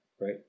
Right